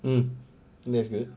mm that's good